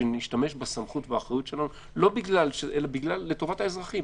שאם נשתמש באחריות שלנו לטובת האזרחים.